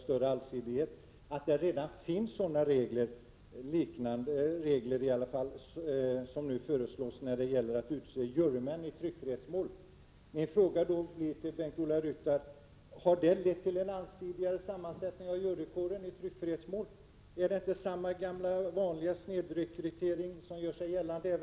I det sammanhanget anförs att det redan finns motsvarande regler vid utseendet av jurymän i tryckfrihetsmål. Har detta lett till allsidigare sammansättning av jurykåren i tryckfrihetsmål, Bengt-Ola Ryttar? Pågår inte samma gamla snedrekrytering fortfarande?